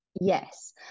Yes